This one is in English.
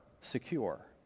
secure